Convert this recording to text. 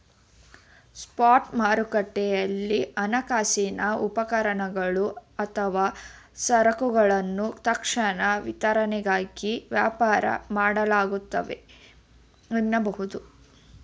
spot ಮಾರುಕಟ್ಟೆಯಲ್ಲಿ ಹಣಕಾಸಿನ ಉಪಕರಣಗಳು ಅಥವಾ ಸರಕುಗಳನ್ನ ತಕ್ಷಣ ವಿತರಣೆಗಾಗಿ ವ್ಯಾಪಾರ ಮಾಡಲಾಗುತ್ತೆ ಎನ್ನಬಹುದು